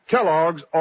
Kellogg's